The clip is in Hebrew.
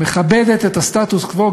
מכבדת את הסטטוס-קוו,